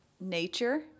nature